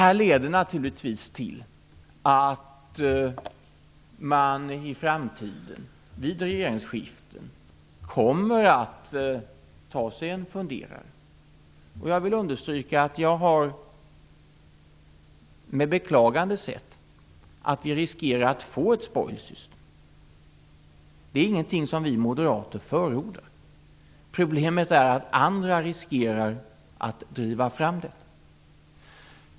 Detta leder naturligtvis till att man vid regeringsskiften i framtiden kommer att ta sig en funderare. Jag vill understryka att jag med beklagande har sett att vi riskerar att få ett spoils system. Det är ingenting som vi moderater förordar. Problemet är att andra riskerar att driva fram detta.